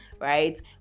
right